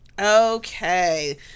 okay